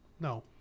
No